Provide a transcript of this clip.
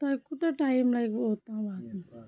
تۄہہِ کوٗتاہ ٹایِم لَگہِ وُ اوٚتام واتنَس